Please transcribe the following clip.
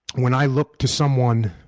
when i look to someone